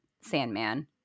Sandman